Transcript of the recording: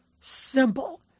simple